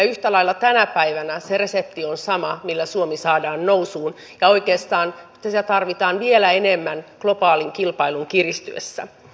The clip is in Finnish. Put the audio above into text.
yhtä lailla tänä päivänä se resepti on sama millä suomi saadaan nousuun ja oikeastaan sitä tarvitaan vielä enemmän globaalin kilpailun kiristyessä